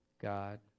God